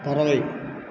பறவை